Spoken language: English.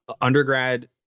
undergrad